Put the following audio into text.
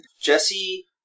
Jesse